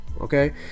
Okay